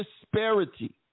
disparity